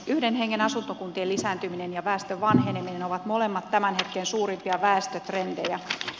yhden hengen asuntokuntien lisääntyminen ja väestön vanheneminen ovat molemmat tämän hetken suurimpia väestötrendejä